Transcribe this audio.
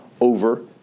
over